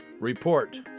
Report